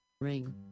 Ring